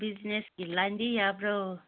ꯕꯤꯖꯤꯅꯦꯁꯀꯤ ꯂꯥꯏꯟꯗꯤ ꯌꯥꯕ꯭ꯔꯣ